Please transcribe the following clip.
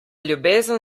ljubezen